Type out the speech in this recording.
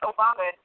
Obama